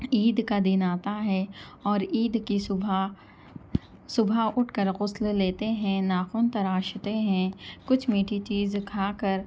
عید کا دن آتا ہے اور عید کی صبح صبح اٹھ کر غسل لیتے ہیں ناخن تراشتے ہیں کچھ میٹھی چیز کھا کر